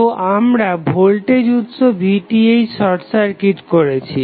তো আমরা ভোল্টেজ উৎস VTh শর্ট সার্কিট করেছি